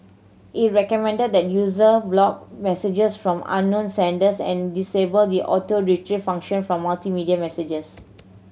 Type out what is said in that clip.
it recommended that user block messages from unknown senders and disable the Auto Retrieve function for multimedia messages